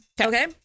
Okay